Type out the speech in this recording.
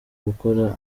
gukora